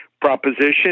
proposition